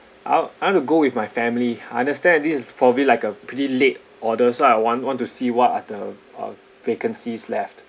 I~ I want to go with my family I understand this is probably like a pretty late order so I want want to see what are the uh vacancies left